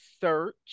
search